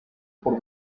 por